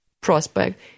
prospect